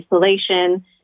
isolation